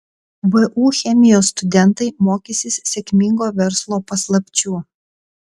vu chemijos studentai mokysis sėkmingo verslo paslapčių